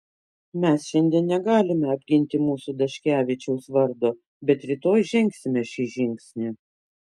mes šiandien negalime apginti mūsų daškevičiaus vardo bet rytoj žengsime šį žingsnį